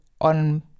on